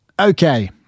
Okay